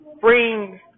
bring